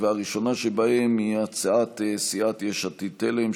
הראשונה שבהן היא הצעת סיעת יש עתיד-תל"ם,